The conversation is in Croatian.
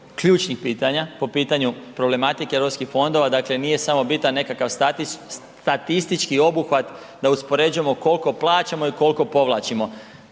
ključnih pitanja po pitanju problematike Europskih fondova, dakle nije samo bitan nekakav statistički obuhvat da uspoređujemo kolko plaćamo i kolko povlačimo.